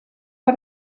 war